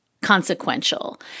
Consequential